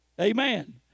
Amen